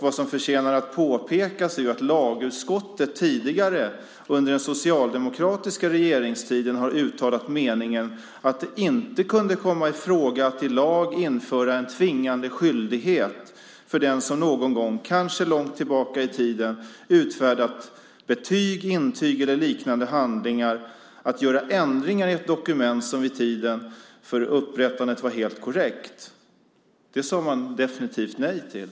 Vad som förtjänar att påpekas är att lagutskottet tidigare, under den socialdemokratiska regeringstiden, har uttalat meningen att det inte kunde komma i fråga att i lag införa en tvingande skyldighet för den som någon gång, kanske långt tillbaka i tiden, utfärdat betyg, intyg eller liknande handlingar att göra ändringar i dokument som vid tiden för upprättandet var helt korrekt. Det sade man definitivt nej till.